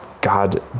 God